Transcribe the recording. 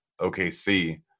OKC